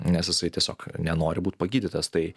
nes jisai tiesiog nenori būt pagydytas tai